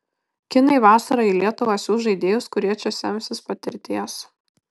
kinai vasarą į lietuvą siųs žaidėjus kurie čia semsis patirties